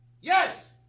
yes